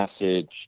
message